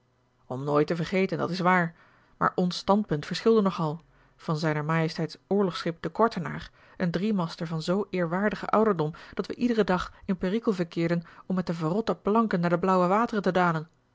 om nooit te vergeten dat is waar maar ons standpunt verschilde nogal van zr ms oorlogsschip de kortenaar een driemaster van zoo eerwaardigen ouderdom dat wij iederen dag in perikel verkeerden om met de verrotte planken naar de blauwe wateren te dalen